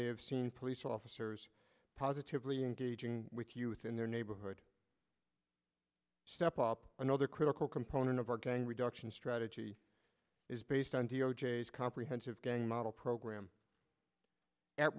have seen police officers positively engaging with youth in their neighborhood step up another critical component of our gang reduction strategy is based on the o'jays comprehensive gang model program at